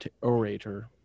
orator